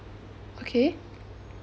okay